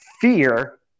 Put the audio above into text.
fear